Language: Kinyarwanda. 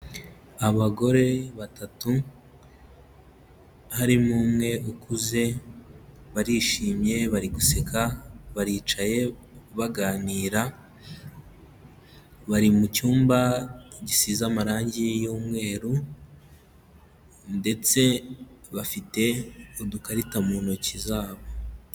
Abagore batatu, harimo umwe ukuze, barishimye bari guseka, baricaye baganira, bari mu cyumba gisize amarangi y'umweru, ndetse bafite udukarita mu ntoki zabo.